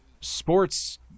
sports